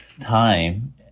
time